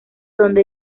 donde